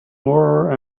more